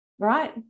Right